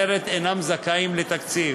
אחרת הם אינם זכאים לתקציב,